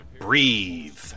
Breathe